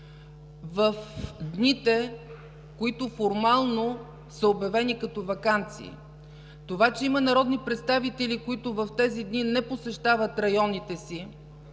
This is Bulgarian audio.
в дните, които формално са обявени като ваканции. Това, че има народни представители, които в тези дни не посещават районите си,